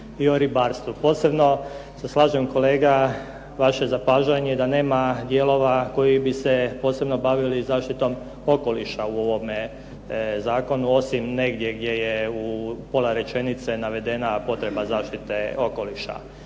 i o ribarstvu, posebno se slažem kolega vaše zapažanje da nema dijelova koji bi se posebno bavili zaštitom okoliša u ovome zakonu, osim negdje gdje je u pola rečenice navedena potreba zaštite okoliša